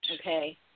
Okay